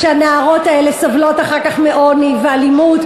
שהנערות האלה סובלות אחר כך מעוני ואלימות,